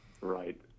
Right